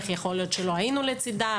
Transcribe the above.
איך יכול להיות שלא היינו לצידה?